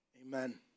Amen